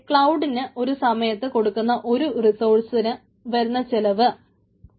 ഇവിടെ ക്ലൌഡിന് ഒരു സമയത്ത് കൊടുക്കുന്ന ഒരു റിസോഴസിന് വരുന്ന ചിലവ് 0